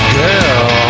girl